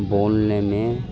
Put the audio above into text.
بولنے میں